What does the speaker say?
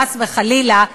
חס וחלילה,